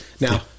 now